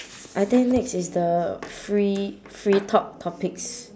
I think next is the free free talk topics